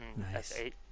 S8